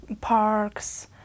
parks